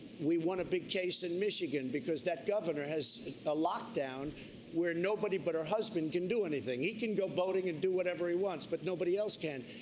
we won a big case in michigan because that governor has a lockdown where nobody but her husband can do anything. he can go boating and do whatever he wants but nobody else can.